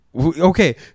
Okay